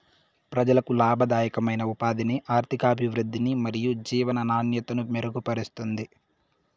ప్రజలకు లాభదాయకమైన ఉపాధిని, ఆర్థికాభివృద్ధిని మరియు జీవన నాణ్యతను మెరుగుపరుస్తుంది